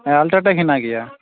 ᱦᱮᱸ ᱟᱞᱴᱨᱟᱴᱮᱠ ᱦᱮᱱᱟᱜ ᱜᱮᱭᱟ